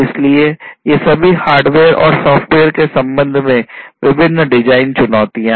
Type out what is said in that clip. इसलिए ये सभी हार्डवेयर और सॉफ्टवेयर के संबंध में विभिन्न डिजाइन चुनौतियां हैं